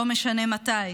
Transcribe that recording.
לא משנה מתי,